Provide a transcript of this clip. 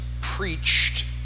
preached